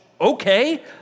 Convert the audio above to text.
okay